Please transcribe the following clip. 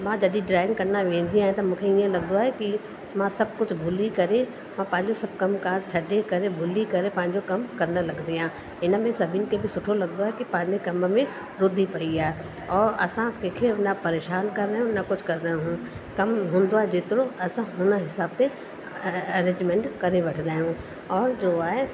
मां जॾहिं ड्रॉइंग करणु विहंदी आहियां त मूंखे ईअं लॻंदो आहे कि मां सभु कुझु भुली करे मां पंहिंजो सभु कमकारु छॾे करे भुली करे पंहिंजो कम करणु लॻंदी आहियां इन में सभिनि खे बि सुठो लॻंदो आहे कि पंहिंजे कम में रुधी पयी आहे और असां कंहिंखे न परेशान करंदा आहियूं न कुझु करंदा आहियूं कमु हूंदो आहे जेतिरो असां हुन हिसाब ते अ अ अरेजमेंट करे वठंदा आहियूं और जो आहे